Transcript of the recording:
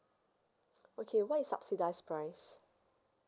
okay what is subsidised price